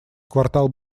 квартал